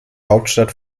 hauptstadt